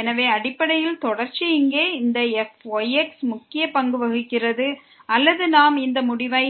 எனவே அடிப்படையில் தொடர்ச்சி இங்கே இந்த fyxல் முக்கிய பங்கு வகிக்கிறது அல்லது நாம் இந்த முடிவை